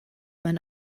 man